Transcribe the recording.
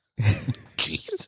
Jeez